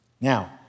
Now